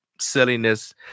silliness